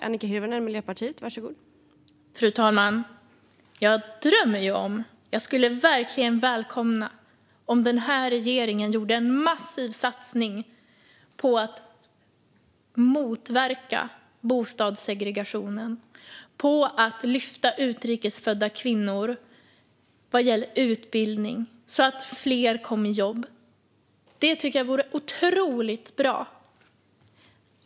Fru talman! Jag drömmer om och jag skulle verkligen välkomna om regeringen gjorde en massiv satsning på att motverka bostadssegregationen och lyfta utrikesfödda kvinnor genom utbildning så att fler kommer i jobb. Det tycker jag vore otroligt bra.